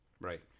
right